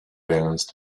balanced